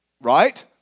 right